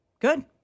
Good